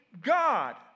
God